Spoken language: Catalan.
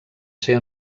ser